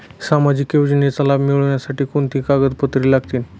सामाजिक योजनेचा लाभ मिळण्यासाठी कोणती कागदपत्रे लागतील?